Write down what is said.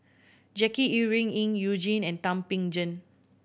Jackie Yi Ru Ying You Jin and Thum Ping Tjin